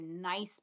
nice